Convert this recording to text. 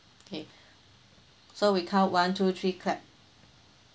okay so we count one two three clap